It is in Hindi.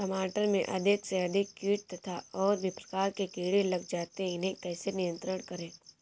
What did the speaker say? टमाटर में अधिक से अधिक कीट तथा और भी प्रकार के कीड़े लग जाते हैं इन्हें कैसे नियंत्रण करें?